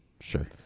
Sure